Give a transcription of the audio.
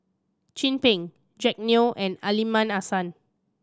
Chin Peng Jack Neo and Aliman Hassan